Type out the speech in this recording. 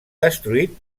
destruït